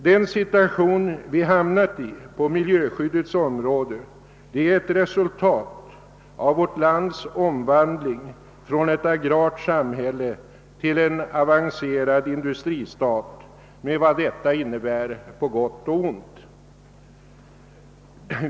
Den situation vi hamnat i på miljöskyddets område är ett resultat av vårt lands omvandling från ett agrart samhälle till en avancerad industristat med vad detta innebär på gott och ont.